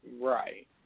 Right